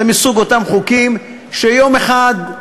זה מסוג אותם חוקים שיום אחד,